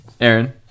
Aaron